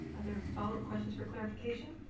are there follow-up questions for clarification?